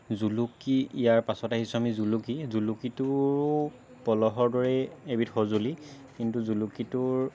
জুলুকি ইয়াৰ পাছত আহিছো আমি জুলুকি জুলুকিটোৰো পলহৰ দৰেই এবিধ সজুলি কিন্তু জুলুকিটোৰ